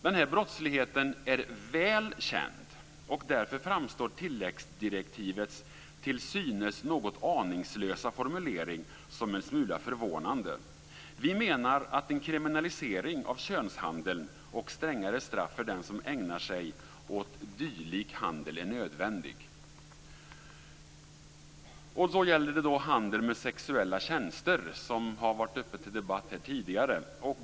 Den här brottsligheten är väl känd, och därför framstår tilläggsdirektivets till synes något aningslösa formulering som en smula förvånande. Vi menar att en kriminalisering av könshandeln och strängare straff för den som ägnar sig åt dylik handel är nödvändig. Handeln med sexuella tjänster har debatterats här tidigare.